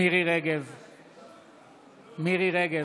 מירי מרים רגב,